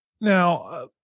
Now